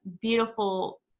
beautiful